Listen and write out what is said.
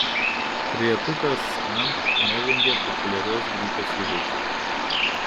trejetukas skamp nevengia populiarios grupės įvaizdžio